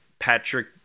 Patrick